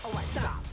stop